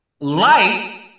light